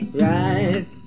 right